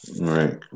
Right